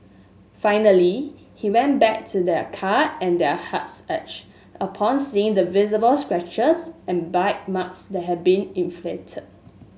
finally he went back to their car and their hearts ached upon seeing the visible scratches and bite marks that had been inflicted